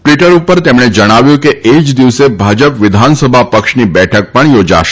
Twitter ઉપર તેમણે જણાવ્યું ફતું કે એ જ દિવસે ભાજપ વિધાનસભા પક્ષની બેઠક પણ થોજાશે